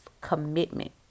commitment